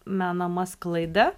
menama sklaida